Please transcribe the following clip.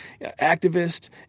activist